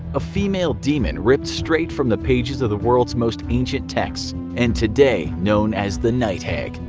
a female demon ripped straight from the pages of the world's most ancient texts, and today known as the night hag.